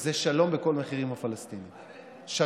זה שלום בכל מחיר עם הפלסטינים, מה זה?